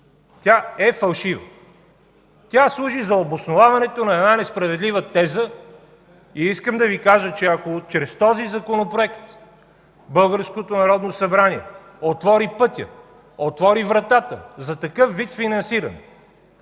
Тя е фалшива! Тя служи за обосноваването на една несправедлива теза. Искам да Ви кажа, че ако чрез този законопроект българското Народно събрание отвори пътя, отвори вратата за такъв вид финансиране,